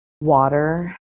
water